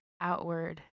outward